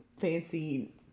fancy